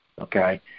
okay